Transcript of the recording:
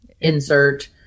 insert